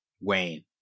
Wayne